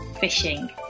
fishing